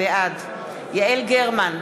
בעד יעל גרמן,